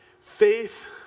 Faith